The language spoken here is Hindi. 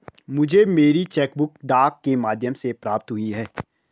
मुझे मेरी चेक बुक डाक के माध्यम से प्राप्त हुई है